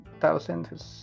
thousand